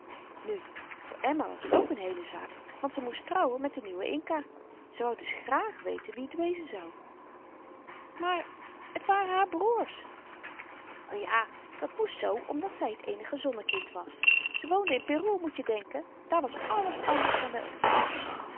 nu voor emma was t ook een heele zaak want ze moest trouwen met den nieuwen inca ze wou dus graag weten wie t wezen zou maar t waren haar broêrs wel ja dat moest zoo omdat zy t eenige zonnekind was ze woonden in peru moet je denken daar was alles anders dan by ons